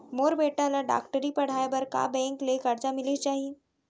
मोर बेटा ल डॉक्टरी पढ़ाये बर का बैंक ले करजा मिलिस जाही?